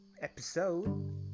episode